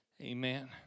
Amen